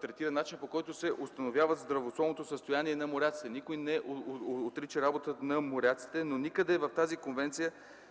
третира начинът, по който се установява здравословното състояние на моряците. Никой не отрича работата на моряците, но никъде в тази конвенция